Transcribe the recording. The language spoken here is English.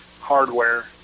hardware